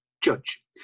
judge